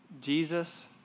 Jesus